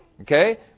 Okay